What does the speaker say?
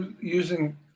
using